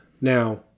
Now